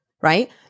right